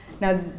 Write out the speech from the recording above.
Now